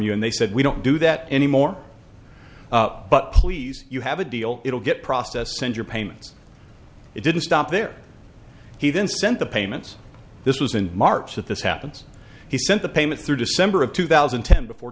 you and they said we don't do that anymore but please you have a deal it will get processed send your payments it didn't stop there he then sent the payments this was in march that this happens he sent the payment through december of two thousand and ten before